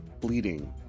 bleeding